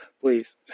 please